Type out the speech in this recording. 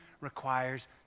requires